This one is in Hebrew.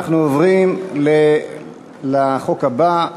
אנחנו עוברים לחוק הבא: